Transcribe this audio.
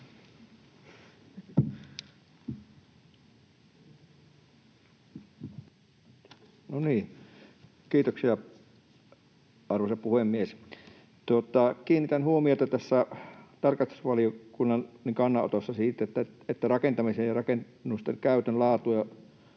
Kiitoksia, arvoisa puhemies! Kiinnitän huomiota tässä tarkastusvaliokunnan kannanotossa siihen, että rakentamisen ja rakennusten käytön laatua